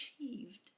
achieved